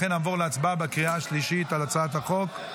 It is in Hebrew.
לכן נעבור להצבעה בקריאה השלישית על הצעת החוק.